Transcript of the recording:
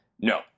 No